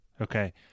okay